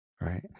Right